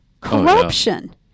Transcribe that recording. Corruption